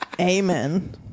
amen